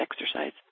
exercise